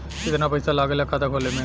कितना पैसा लागेला खाता खोले में?